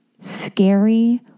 scary